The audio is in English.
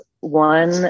one